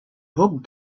hoped